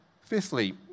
Fifthly